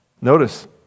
Notice